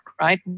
right